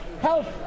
health